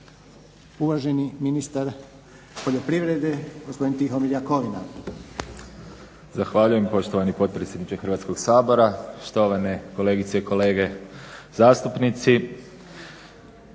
Uvaženi ministar poljoprivrede, gospodin Tihomir Jakovina.